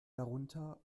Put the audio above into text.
darunter